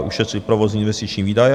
Ušetřit provozní investiční výdaje.